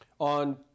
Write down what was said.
on